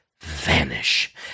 vanish